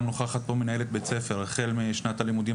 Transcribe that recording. גם נוכחת פה מנהלת בית ספר וזה הזמן הנכון לומר שהחל משנת הלימודים